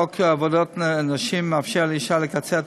חוק עבודת נשים מאפשר לאישה לקצר את